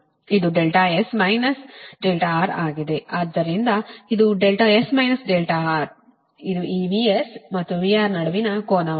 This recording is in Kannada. ಆದ್ದರಿಂದ ಇದು S R ಇದು ಈ VS ಮತ್ತು VR ನಡುವಿನ ಕೋನವಾಗಿದೆ